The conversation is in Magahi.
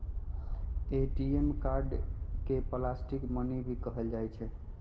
ए.टी.एम कार्ड के प्लास्टिक मनी भी कहल जाहई